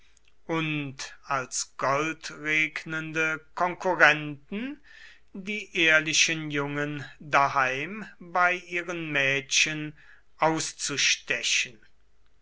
und als goldregnende konkurrenten die ehrlichen jungen daheim bei ihren mädchen auszustechen